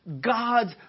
God's